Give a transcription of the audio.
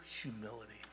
humility